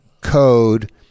code